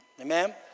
Amen